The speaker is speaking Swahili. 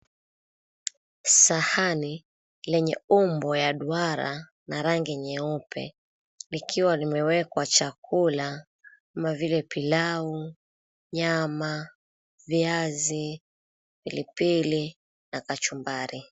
Sahani lenye umbo ya duara na rangi nyeupe likiwa limewekwa chakula kama vile pilau, nyama, viazi, pilipili na kachumbari.